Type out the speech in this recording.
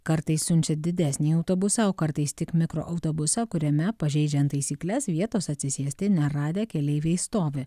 kartais siunčia didesnį autobusą o kartais tik mikroautobusą kuriame pažeidžiant taisykles vietos atsisėsti neradę keleiviai stovi